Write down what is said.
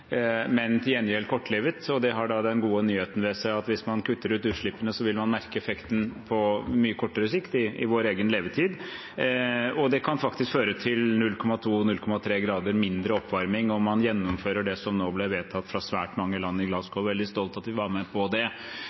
men til gjengjeld kortlivet. Det har den gode nyheten ved seg at hvis man kutter utslippene, vil man merke effekten på mye kortere sikt og i vår egen levetid. Det kan faktisk føre til 0,2–0,3 grader mindre oppvarming om man gjennomfører det som nå ble vedtatt fra svært mange land i Glasgow. Jeg er veldig stolt av at vi var med på det.